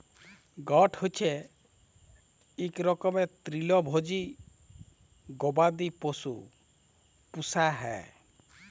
goat হচ্যে ইক রকমের তৃলভজী গবাদি পশু পূষা হ্যয়